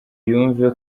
yumve